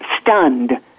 stunned